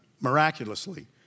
miraculously